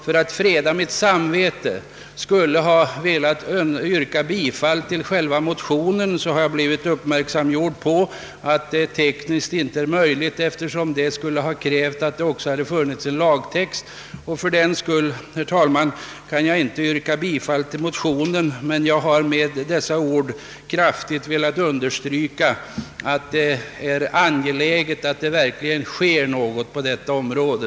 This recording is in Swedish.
För att freda mitt samvete skulle jag ha velat yrka bifall till motionen, men jag har blivit uppmärksamgjord på att det tekniskt inte är möjligt, eftersom det skulle ha krävt att det också hade funnits en lagtext. Fördenskull, herr talman, kan jag alltså inte yrka bifall till motionen, men jag har med dessa ord velat kraftigt understyrka att det är angeläget att det verkligen sker någonting på detta område.